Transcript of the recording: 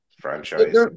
franchise